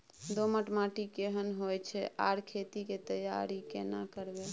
दोमट माटी केहन होय छै आर खेत के तैयारी केना करबै?